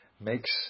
makes